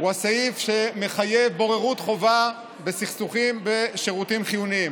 הסעיף שמחייב בוררות חובה בסכסוכים בשירותים חיוניים,